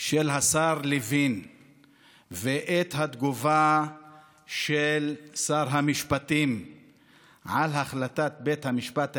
של השר לוין ואת התגובה של שר המשפטים על החלטת בית המשפט העליון,